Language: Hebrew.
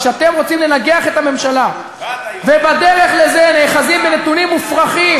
כשאתם רוצים לנגח את הממשלה ובדרך לזה נאחזים בנתונים מופרכים,